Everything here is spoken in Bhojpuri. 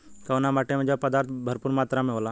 कउना माटी मे जैव पदार्थ भरपूर मात्रा में होला?